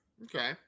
Okay